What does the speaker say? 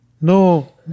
no